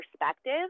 perspective